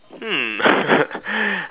hmm